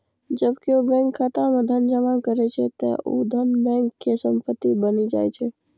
जब केओ बैंक खाता मे धन जमा करै छै, ते ऊ धन बैंक के संपत्ति बनि जाइ छै